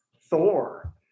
Thor